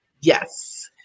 Yes